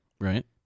Right